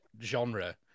genre